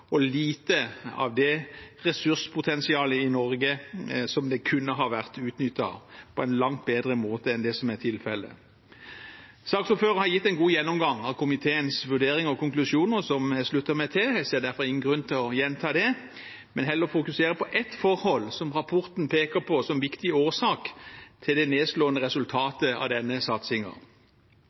og lite fra ressurspotensialet i Norge, som kunne ha vært utnyttet på en langt bedre måte enn det som er tilfellet. Saksordføreren har gitt en god gjennomgang av komiteens vurderinger og konklusjoner, som jeg slutter meg til. Jeg ser derfor ingen grunn til å gjenta det, men heller fokusere på ett forhold som rapporten peker på som viktig årsak til det nedslående resultatet av denne